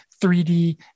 3D